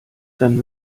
dann